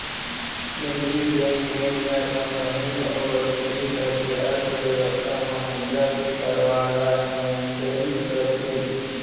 केंद्रीय bank, bank दर म कमी अउ बड़होत्तरी करके अर्थबेवस्था म मुद्रा के परवाह ल नियंतरित करथे